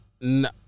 No